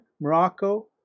Morocco